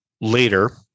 later